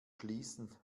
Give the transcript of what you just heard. schließen